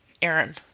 Aaron